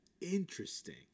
interesting